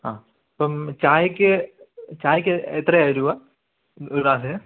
ആ അപ്പം ചായയ്ക്ക് ചായയ്ക്ക് എത്രയാണ് രൂപ ഇടാതെ